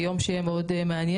זה יום שיהיה מאוד מעניין.